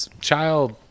Child